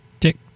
tick